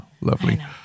Lovely